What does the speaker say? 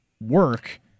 work